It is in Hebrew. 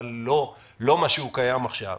אבל לא כפי שהוא קיים עכשיו,